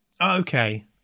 okay